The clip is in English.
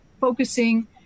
focusing